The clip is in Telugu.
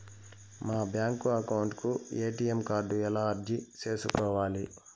మా బ్యాంకు అకౌంట్ కు ఎ.టి.ఎం కార్డు ఎలా అర్జీ సేసుకోవాలి?